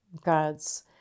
God's